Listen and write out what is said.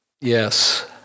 Yes